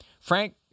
frank